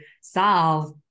solve